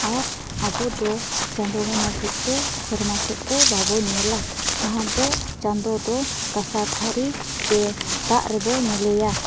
ᱟᱨ ᱟᱵᱚᱫᱚ ᱪᱟᱸᱫᱳ ᱜᱟᱦᱱᱟ ᱡᱚᱦᱚᱜᱫᱚ ᱥᱮᱨᱢᱟᱥᱮᱫ ᱫᱚ ᱵᱟᱵᱚ ᱧᱮᱞᱟ ᱡᱟᱦᱟᱸᱫᱚ ᱪᱟᱸᱫᱳ ᱫᱚ ᱠᱟᱥᱟ ᱛᱷᱟᱹᱨᱤᱨᱮ ᱥᱮ ᱫᱟᱜ ᱨᱮᱵᱚᱱ ᱧᱮᱞᱮᱭᱟ